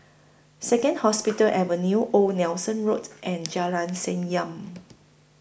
Second Hospital Avenue Old Nelson Road and Jalan Senyum